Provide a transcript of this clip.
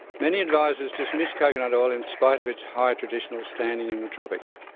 many advisers dismiss coconut oil in spite of its high traditional standing in the tropics.